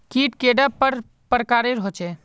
कीट कैडा पर प्रकारेर होचे?